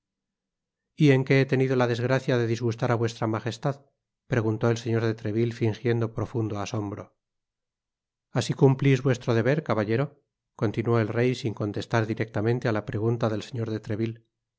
y en qué he tenido la desgracia de disgustar á vuestra magestad preguntó el señor de treville fingiendo profundo asombro así cumplís vuestro deber caballero continuó el rey sin contestar directamente á la pregunta del señor de treville